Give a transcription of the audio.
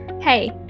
Hey